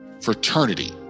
fraternity